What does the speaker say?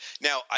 Now